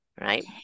right